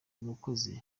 umukozi